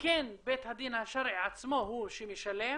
כן בית הדין השרעי עצמו הוא שמשלם